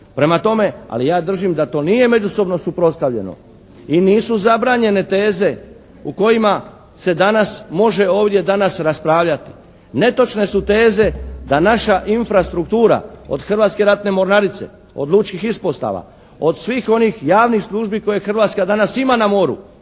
Prema tome, ali ja držim da to nije međusobno suprotstavljeno i nisu zabranjene teze u kojima se danas može ovdje danas raspravljati. Netočne su teze da naša infrastruktura od Hrvatske ratne mornarice, od lučkih ispostava, od svih onih javnih službi koje Hrvatska danas ima na moru